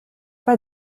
pas